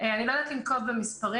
אני לא יודעת לנקוב במספרים.